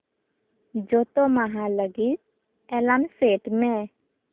ᱡᱚᱛᱚ ᱢᱟᱦᱟ ᱞᱟᱹᱜᱤᱫ ᱮᱞᱟᱢ ᱥᱮᱴ ᱢᱮ